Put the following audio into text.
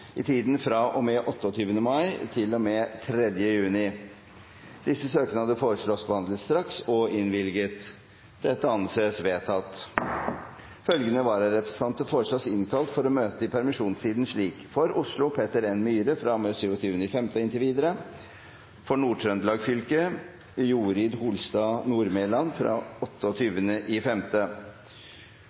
i tiden fra og med 28. mai til og med 3. juni Etter forslag fra presidenten ble enstemmig besluttet: Søknadene behandles straks og innvilges. Følgende vararepresentanter innkalles for å møte i permisjonstiden slik: For Oslo: Peter N. Myhre 27. mai og inntil videre For Nord-Trøndelag fylke: Jorid Holstad Nordmelan